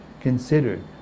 considered